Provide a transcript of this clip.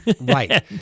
Right